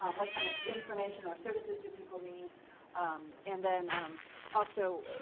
um what kind of information or services do people need and then um also,